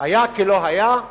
היה כלא היה.